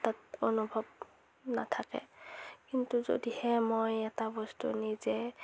তাত অনুভৱ নাথাকে কিন্তু যদিহে মই এটা বস্তু নিজে